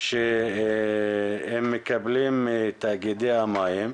שהם מקבלים מתאגידי המים.